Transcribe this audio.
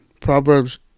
Proverbs